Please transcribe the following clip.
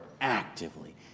actively